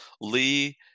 Lee